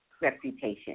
reputation